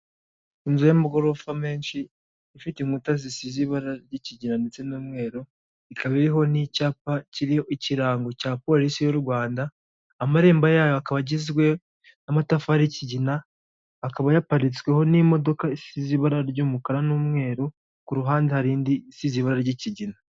Inzu y'amagorofa menshi ifite inkuta zisize ibara ry'ikigina ndetse n'umweru ikaba iriho n'icyapa kiriho ikirango cya polisi y'u rwanda, amarembo yayo akaba agizwe n'amatafari y'ikigina akaba yaparitsweho n'imodoka isize ibara ry'umukara n'umweru ku ruhande harindi si'bara ry'ikigina.